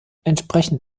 entsprechend